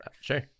sure